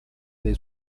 dei